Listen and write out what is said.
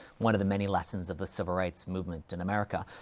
one of the many lessons of the civil rights movement in america. ah,